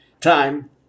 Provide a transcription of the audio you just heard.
time